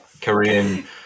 Korean